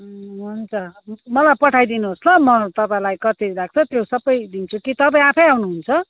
हुन्छ मलाई पठाइदिनु होस् ल म तपाईँलाई कति लाग्छ त्यो सबै दिन्छु कि तपाईँ आफै आउनुहुन्छ